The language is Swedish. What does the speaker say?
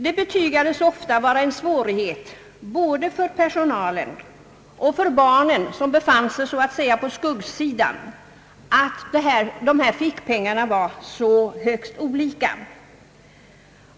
Det betygades ofta vara en svårighet både för personalen och för barnen som befinner sig så att säga på skuggsidan att fickpengarna var av så väsentligt olika storlek.